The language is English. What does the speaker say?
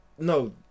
No